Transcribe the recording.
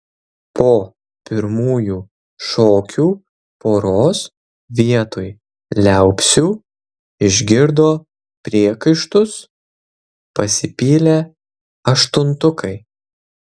po pirmųjų šokių poros vietoj liaupsių išgirdo priekaištus pasipylė aštuntukai